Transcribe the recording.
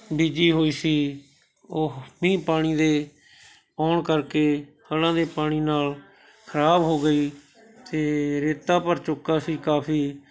ਬੀਜੀ ਹੋਈ ਸੀ ਉਹ ਮੀਂਹ ਪਾਣੀ ਦੇ ਆਉਣ ਕਰਕੇ ਹੜਾਂ ਦੇ ਪਾਣੀ ਨਾਲ਼ ਖਰਾਬ ਹੋ ਗਈ ਅਤੇ ਰੇਤਾ ਭਰ ਚੁੱਕਾ ਸੀ ਕਾਫੀ